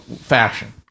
fashion